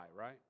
right